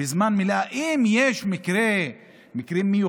בזמן מליאה,